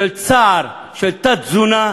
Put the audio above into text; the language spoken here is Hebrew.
של צער, של תת-תזונה,